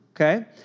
okay